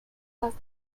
last